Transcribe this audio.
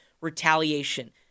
retaliation